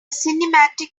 cinematic